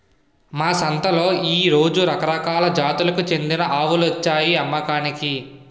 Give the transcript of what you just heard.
మా సంతలో ఈ రోజు రకరకాల జాతులకు చెందిన ఆవులొచ్చాయి అమ్మకానికి